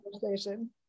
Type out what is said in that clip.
conversation